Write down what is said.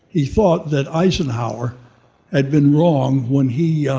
he thought that eisenhower had been wrong when he,